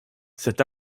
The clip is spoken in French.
cet